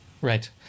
Right